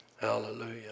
Hallelujah